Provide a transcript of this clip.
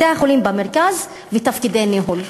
בתי-החולים במרכז ותפקידי ניהול.